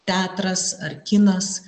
teatras ar kinas